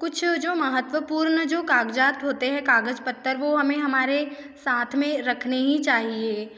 कुछ जो महत्वपूर्ण जो कागज़ात होते हैं कागज़ पत्र वो हमें हमारे साथ में रखने ही चाहिए